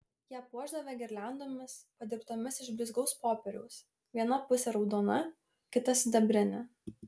ją puošdavę girliandomis padirbtomis iš blizgaus popieriaus viena pusė raudona kita sidabrinė